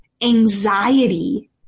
anxiety